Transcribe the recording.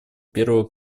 первого